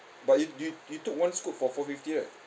but you you you took one scoop for four fifty right